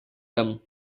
them